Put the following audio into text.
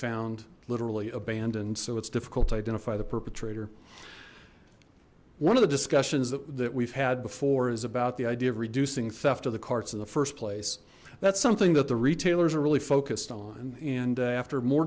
found literally abandoned so it's difficult to identify the perpetrator one of the discussions that we've had before is about the idea of reducing theft of the carts in the first place that's something that the retailers are really focused on and after more